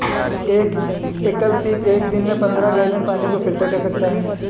एक एकल सीप एक दिन में पन्द्रह गैलन पानी को फिल्टर कर सकता है